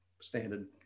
standard